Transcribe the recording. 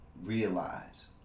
realize